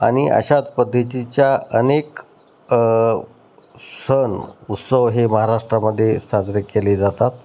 आनि अशाच पद्धतीच्या अनेक सण उत्सव हे महाराष्ट्रामध्ये साजरे केले जातात